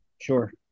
Sure